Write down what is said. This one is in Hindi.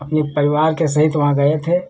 अपने परिवार के सहित वहाँ गए थे